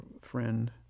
friend